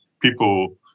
people